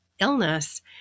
illness